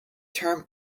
term